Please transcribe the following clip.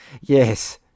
Yes